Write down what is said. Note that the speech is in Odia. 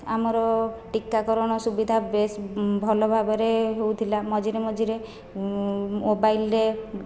ଆମର ଟିକାକରଣ ସୁବିଧା ବେଶ୍ ଭଲଭାବରେ ହେଉଥିଲା ମଝିରେ ମଝିରେ ମୋବାଇଲରେ